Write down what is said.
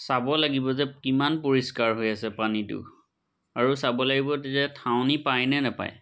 চাব লাগিব যে কিমান পৰিষ্কাৰ হৈ আছে পানীটো আৰু চাব লাগিব তেতিয়া ঠাৱনি পাই নে নাপায়